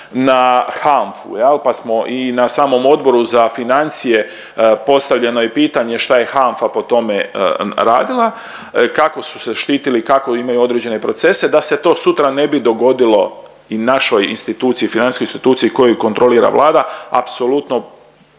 na HANFA-u, jel pa smo i na samom Odboru za financije, postavljeno je pitanje šta je HANFA po tome radila, kako su se štitili, kako imaju određene procese da se to sutra ne bi dogodilo i našoj instituciji, financijskoj instituciji koju kontrolira Vlada. Apsolutno